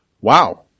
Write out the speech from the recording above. Wow